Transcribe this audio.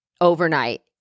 overnight